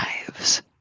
lives